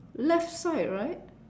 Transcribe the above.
left side right